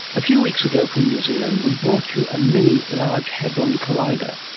a few weeks ago from new zealand we brought you a mini large hadron collider,